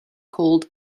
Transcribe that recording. called